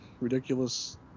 ridiculous